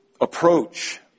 approach